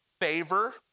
favor